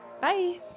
Bye